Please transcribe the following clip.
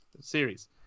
series